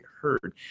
heard